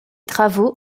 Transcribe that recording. travaux